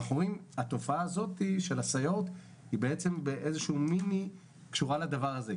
התופעה של הסייעות דומה לדבר הזה,